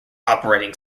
operating